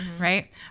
right